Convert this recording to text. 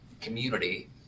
community